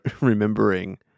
remembering